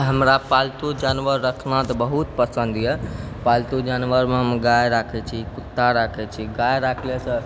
हमरा पालतू जानवर रखना तऽ बहुत पसन्द यऽ पालतू जानवरमे हम गाय राखै छी कुत्ता राखै छी गाय राखलेसँ